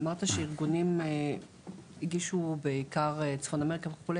אמרת שארגונים הגישו, בעיקר צפון אמריקה וכו,